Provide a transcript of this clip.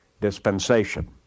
dispensation